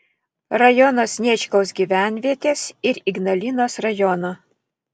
rajono sniečkaus gyvenvietės ir ignalinos rajono